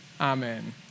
Amen